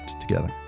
together